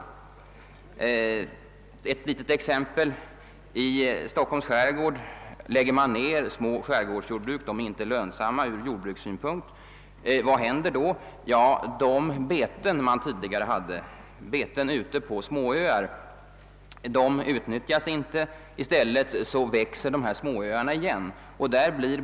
Jag skall ta ett litet exempel. I Stockholms skärgård lägger man ned små skärgårdsjordbruk, eftersom de inte är lönsamma ur jordbrukssynpunkt. De beten dessa jordbruk hade ute på småöar utnyttjas inte längre, och det leder till att dessa småöar växer igen.